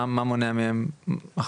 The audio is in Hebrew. מה מונע מהן לצאת